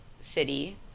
city